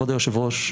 כבוד היושב-ראש,